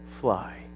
fly